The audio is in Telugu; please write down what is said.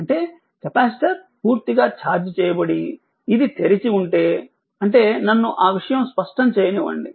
అంటే కెపాసిటర్ పూర్తిగా ఛార్జ్ చేయబడి ఇది తెరిచి ఉంటే అంటే నన్ను ఆ విషయం స్పష్టం చేయనివ్వండి